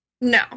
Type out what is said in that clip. no